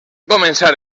començar